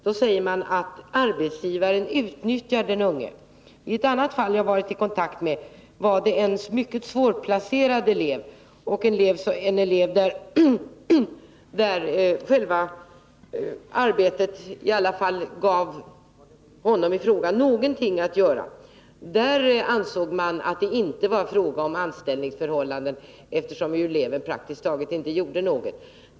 De säger att arbetsgivaren utnyttjar den unge. Ett fall som jag har varit i kontakt med gällde en mycket svårplacerad elev — men arbetet gav honom i alla fall någonting att göra. Där ansåg man att det Nr 92 inte var fråga om ett anställningsförhållande, eftersom eleven praktiskt taget Tisdagen den inte gjorde någonting.